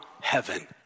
heaven